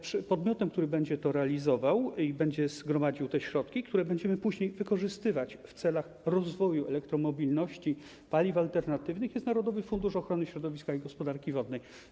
Podmiotem, który będzie to realizował i będzie gromadził te środki, które będziemy później wykorzystywać w celu rozwoju elektromobilności i paliw alternatywnych, jest Narodowy Fundusz Ochrony Środowiska i Gospodarki Wodnej.